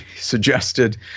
suggested